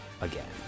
again